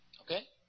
okay